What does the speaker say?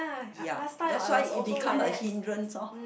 ya that's why it become a hindrance orh